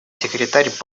секретарь